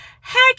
heck